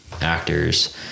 actors